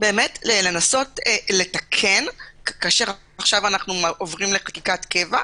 לנסות לתקן כאשר עכשיו אנו עוברים לחקיקת קבע,